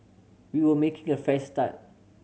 we were making a fresh start